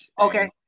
okay